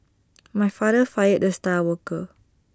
my father fired the star worker